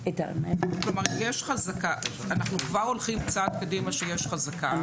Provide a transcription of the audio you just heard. אנחנו כבר הולכים צעד קדימה שיש חזקה.